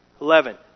Eleven